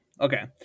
okay